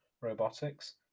robotics